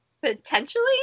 potentially